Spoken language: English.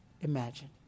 imagine